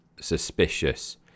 suspicious